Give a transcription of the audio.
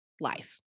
life